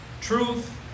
Truth